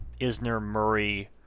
Isner-Murray